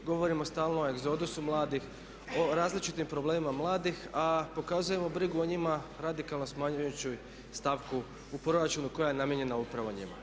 Govorimo stalno o egzodusu mladih, o različitim problemima mladih a pokazujemo brigu o njima radikalno smanjujući stavku u proračunu koja je namijenjena upravo njima.